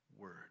word